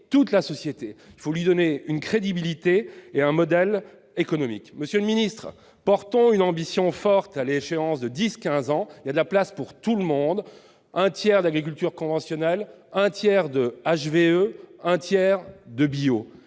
toute la société. Il faut lui donner une crédibilité et un modèle économique. Monsieur le ministre, affirmons une ambition forte à l'échéance de dix à quinze ans. Il y a de la place pour tout le monde : un tiers d'agriculture conventionnelle, un tiers d'agriculture à